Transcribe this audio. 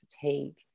fatigue